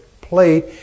plate